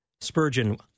Spurgeon